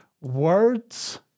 words